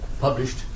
published